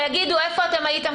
אלא יגידו: איפה הייתם?